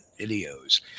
videos